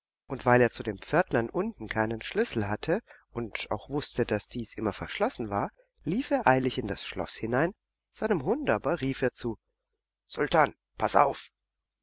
und weil er zu dem pförtlein unten keinen schlüssel hatte und auch wußte daß dies immer verschlossen war lief er eilig in das schloß hinein seinem hund aber rief er zu sultan paß auf